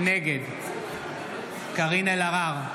נגד קארין אלהרר,